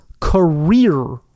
career